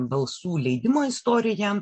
balsų leidimo istoriją